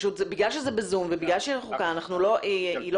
בגלל שזה בזום ובגלל שהיא רחוקה היא לא